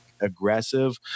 aggressive